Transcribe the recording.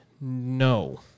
No